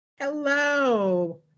Hello